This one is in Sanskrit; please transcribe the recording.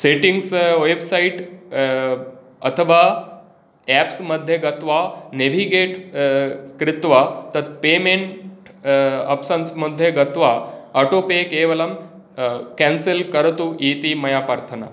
सेटिङग्स् वेब्सैट् अथवा एप्स् मध्ये गत्वा नेविगेट कृत्वा तद् पेमेन्ट् आप्षन्स् मध्ये गत्वा आटो पे केवलं केन्सल् करोतु इति मया प्रार्थना